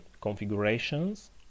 configurations